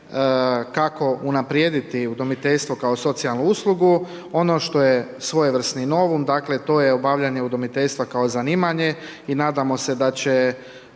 kako unaprijediti udomiteljstvo kao socijalnu uslugu, ono što je svojevrsno novum, dakle to je obavljanje udomiteljstva kao zanimanje i nadamo se da će